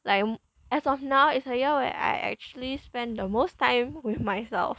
like as of now is a year where I actually spent the most time with myself